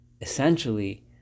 essentially